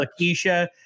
Lakeisha